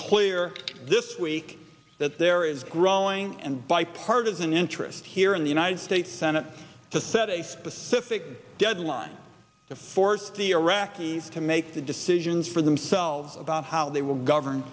clear this week that there is growing and bipartisan interest here in the united states senate to set a specific deadline to force the iraqis to make the decisions for themselves about how they will govern